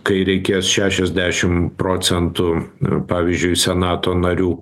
kai reikės šešiasdešim procentų pavyzdžiui senato narių